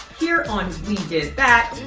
here on we did that,